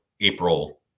April